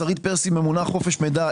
שרית פרסי ממונה חופש מידע,